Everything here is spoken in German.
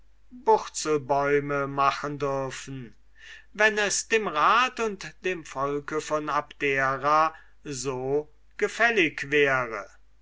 burzelbäume machen dürfen wenn es dem rat und volke von abdera so gefällig wäre